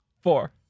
Four